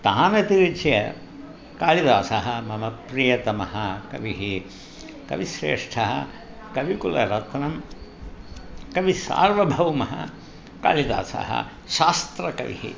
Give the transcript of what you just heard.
तमतिरिच्य कालिदासः मम प्रियतमः कविः कविश्रेष्ठः कविकुलरत्नं कविसार्वभौमः कालिदासः शास्त्रकविः